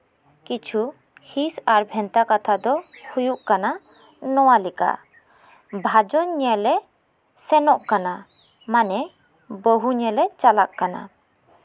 ᱠᱤᱪᱷᱩ ᱦᱤᱥ ᱟᱨ ᱵᱷᱮᱱᱛᱟ ᱠᱟᱛᱷᱟ ᱫᱚ ᱦᱩᱭᱩᱜ ᱠᱟᱱᱟ ᱱᱚᱣᱟ ᱞᱮᱠᱟ ᱵᱷᱟᱡᱚᱱ ᱧᱮᱞᱞᱮ ᱥᱮᱱᱚᱜ ᱠᱟᱱᱟ ᱢᱟᱱᱮ ᱵᱟᱹᱦᱩ ᱧᱮᱞᱞᱮ ᱪᱟᱞᱟᱜ ᱠᱟᱱᱟ